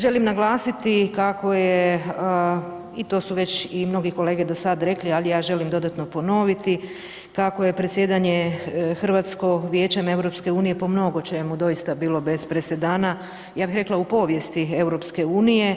Želim naglasiti kako je, i to su već i mnogi kolege do sad rekli, ali ja želim dodatno ponoviti kako je predsjedanje hrvatsko Vijećem EU po mnogo čemu doista bilo bez presedana, ja bih rekla u povijesti EU.